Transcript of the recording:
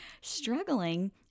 struggling